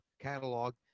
catalog